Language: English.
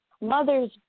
Mother's